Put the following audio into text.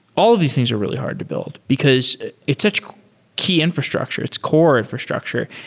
all of these things are really hard to build, because it's such key infrastructure. its core infrastructure,